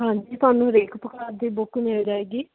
ਹਾਂਜੀ ਤੁਹਾਨੂੰ ਹਰੇਕ ਪ੍ਰਕਾਰ ਦੀ ਬੁੱਕ ਮਿਲ ਜਾਏਗੀ